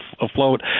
afloat